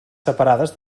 separades